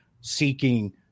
seeking